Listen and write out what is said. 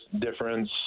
difference